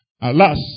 Alas